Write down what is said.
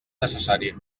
necessari